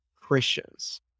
Christians